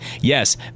Yes